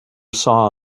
saw